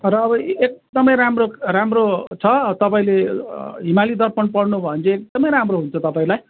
र अब एकदमै राम्रो राम्रो छ तपाईँले हिमालय दर्पण पढ्नुभयो भने चाहिँ एकदमै राम्रो हुन्छ तपाईँलाई